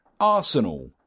Arsenal